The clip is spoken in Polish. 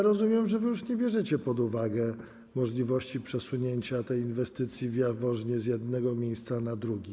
Rozumiem, że już nie bierzecie pod uwagę możliwości przesunięcia tej inwestycji w Jaworznie z jednego miejsca na drugie.